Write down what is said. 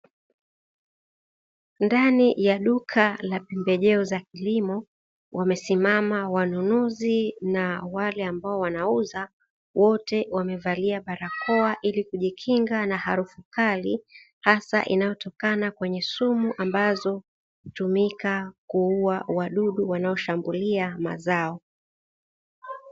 Ndani ya duka la pembejeo za kilimo wamesimama wanunuzi na wale ambao wanauza, wote wamevalia barakoa ili kujikinga na harufu kali hasa inayotokana kwenye sumu ambazo hutumika kuua wadudu wanaoshambulia mazao.